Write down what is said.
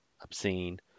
obscene